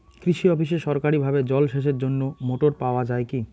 কৃষি অফিসে সরকারিভাবে জল সেচের জন্য মোটর পাওয়া যায় কি?